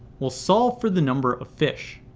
we'll solve for the number of fish.